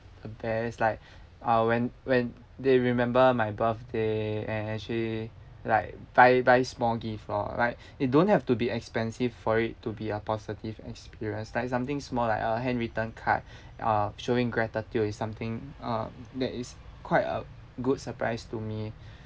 uh best like uh when when they remember my birthday and actually like buy buy small gift lor like it don't have to be expensive for it to be a positive experience like something small like uh handwritten card uh showing gratitude is something um that is quite a good surprise to me